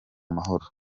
mahoro